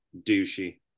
douchey